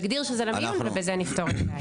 נגדיר שזה למיון ובזה נפתור את הבעיה.